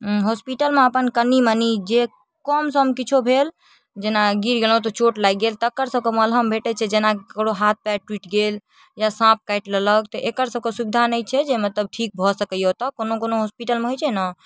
हॉस्पिटलमे अपन कनीमनी जे कम सम किछो भेल जेना गिर गेलहुँ तऽ चोट लागि गेल तकर सबके मलहम भेटै छै जेना ककरो हाथ पयर टुटि गेल या साँप काटि लेलक तऽ एकर सबके सुविधा नहि छै जे मतलब ठीक भऽ सकै यऽ ओतऽ कोनो कोनो हॉस्पिटलमे होइ छै ने